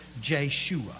Jeshua